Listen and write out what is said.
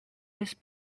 this